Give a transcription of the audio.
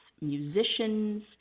musicians